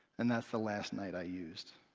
and that's the last night i used.